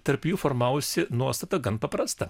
tarp jų formavosi nuostata gan paprasta